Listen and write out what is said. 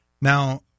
now